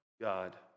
God